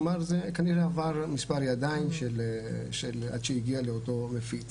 כלומר זה כנראה עבר מספר ידיים עד שזה הגיע לאותו מפיץ.